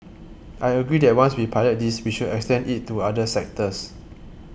I agree that once we pilot this we should extend it to other sectors